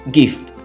gift